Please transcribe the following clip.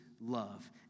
love